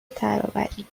ترابری